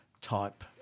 type